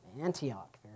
Antioch